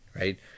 right